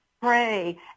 pray